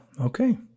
Okay